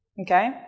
okay